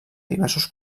diversos